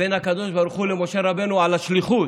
בין הקדוש ברוך הוא למשה רבנו על השליחות,